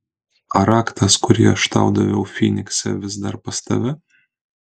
ar raktas kurį aš tau daviau fynikse vis dar pas tave